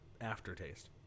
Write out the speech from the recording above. aftertaste